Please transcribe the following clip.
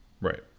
Right